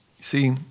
See